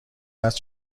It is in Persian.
است